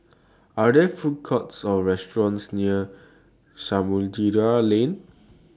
Are There Food Courts Or restaurants near Samudera Lane